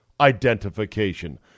identification